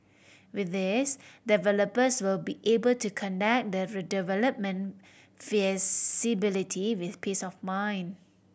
with this developers will be able to conduct the redevelopment feasibility with peace of mind